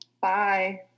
Bye